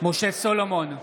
משה סולומון,